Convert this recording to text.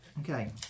Okay